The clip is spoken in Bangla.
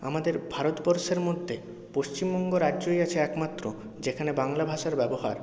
আমাদের ভারতবর্ষের মধ্যে পশ্চিমবঙ্গ রাজ্যই আছে একমাত্র যেখানে বাংলা ভাষার ব্যবহার